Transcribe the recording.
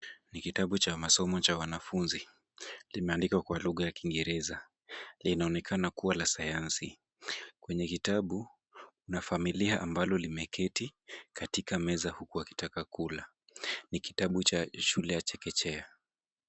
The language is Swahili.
Ni kitabu cha masomo cha wanafunzi, limeandikwa kwa lugha ya Kiingereza, linaonekana kuwa la sayansi. Kwenye kitabu kuna familia ambalo limeketi katika meza huku wakitaka kula. Ni kitabu cha shule ya chekechea.